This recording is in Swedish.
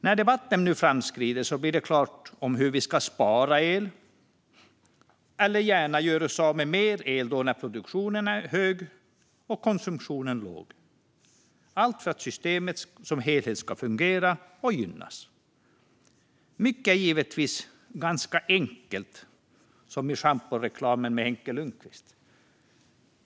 När debatten nu framskrider blir det klart hur vi ska spara el, eller gärna göra av med mer el då när produktionen är hög och konsumtionen låg, allt för att systemet som helhet ska fungera och gynnas. Mycket är givetvis ganska enkelt, som i schamporeklamen med Henke Lundqvist.